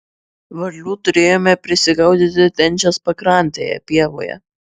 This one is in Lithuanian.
varlių turėjome prisigaudyti tenžės pakrantėje pievoje